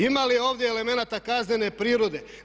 Ima li ovdje elemenata kaznene prirode?